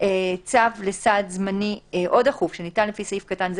צו לסעד זמני או דחוף שניתן לפי סעיף קטן זה